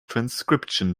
transcription